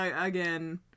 again